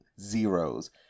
zeros